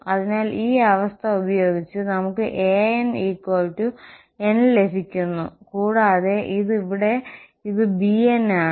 അതിനാൽ ഈ അവസ്ഥ ഉപയോഗിച്ച് നമുക്ക് a'n n ലഭിക്കുന്നു കൂടാതെ ഇത് ഇവിടെ ഇത് bn ആണ്